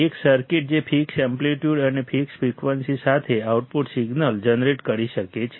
એક સર્કિટ જે fixed amplitude અને ફિક્સ્ડ ફ્રિકવન્સી સાથે આઉટપુટ સિગ્નલ જનરેટ કરી શકે છે